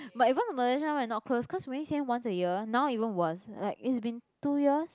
but even the Malaysian one is not close cause we only see him once a year now even worse like it's been two years